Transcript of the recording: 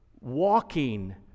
walking